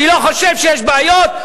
אני לא חושב שיש בעיות?